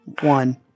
one